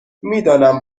میدانم